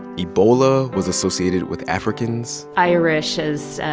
ebola was associated with africans irish as,